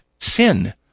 sin